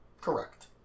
Correct